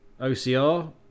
OCR